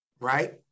right